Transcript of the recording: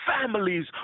families